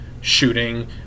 shooting